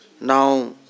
Now